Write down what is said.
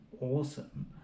awesome